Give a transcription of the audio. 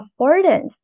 affordance